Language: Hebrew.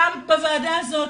פעם בוועדה הזאת,